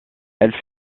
elle